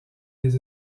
des